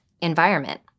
environment